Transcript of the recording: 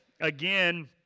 again